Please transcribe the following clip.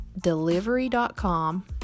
delivery.com